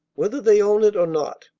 whether they own it or not.